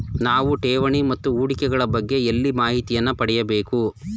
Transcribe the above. ನಾವು ಠೇವಣಿ ಮತ್ತು ಹೂಡಿಕೆ ಗಳ ಬಗ್ಗೆ ಎಲ್ಲಿ ಮಾಹಿತಿಯನ್ನು ಪಡೆಯಬೇಕು?